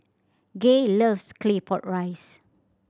Gay loves Claypot Rice